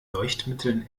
leuchtmitteln